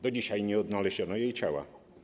Do dzisiaj nie odnaleziono jej ciała.